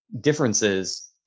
differences